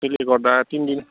त्यसले गर्दा तिन दिन